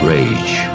Rage